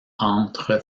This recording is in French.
entre